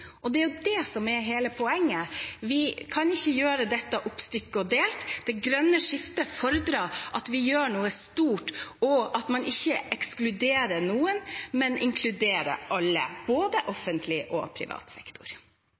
kan ikke gjøre dette oppstykket og delt. Det grønne skiftet fordrer at vi gjør noe stort, og at man ikke ekskluderer noen, men inkluderer alle, både offentlig og privat sektor.